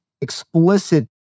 explicit